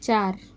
चार